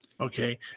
Okay